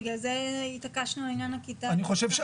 לכן התעקשנו על עניין הכיתה הירוקה.